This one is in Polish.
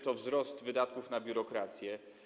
To wzrost wydatków na biurokrację.